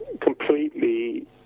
completely